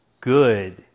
good